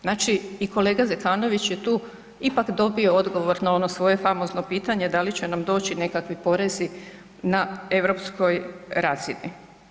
Znači, i kolega Zekanović je tu ipak dobio odgovor na ono svoje famozno pitanje da li će nam doći nekakvi porezi na europskoj razini.